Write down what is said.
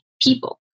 people